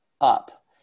up